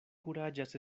kuraĝas